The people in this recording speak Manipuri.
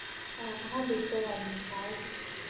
ꯑꯣ ꯑꯍꯥꯟꯕꯩꯗꯨ ꯀꯩ ꯍꯥꯏꯕꯅꯣ ꯇꯥꯍꯧꯗ꯭ꯔꯦ